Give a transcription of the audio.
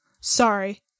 Sorry